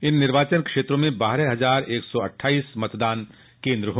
इन निर्वाचन क्षेत्रों में बारह हजार एक सौ अट्ठाइस मतदान केन्द्र हैं